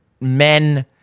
men